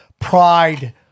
pride